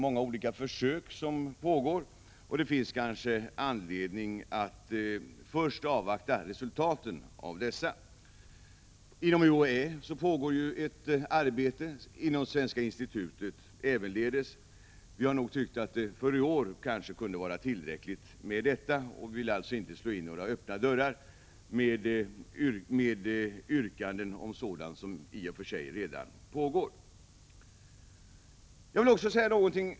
Många olika försök pågår, och det finns kanske anledning att avvakta resultatet av dessa. Inom UHÄ och ävenledes inom Svenska institutet pågår ett visst arbete på det här området. Vi har tyckt att detta kan vara tillräckligt och vill alltså inte slå in öppna dörrar genom yrkanden om sådant som i och för sig redan är under behandling.